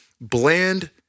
bland